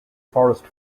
forest